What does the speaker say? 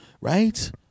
Right